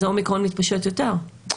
אז אומיקרון מתפשט יותר,